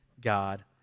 God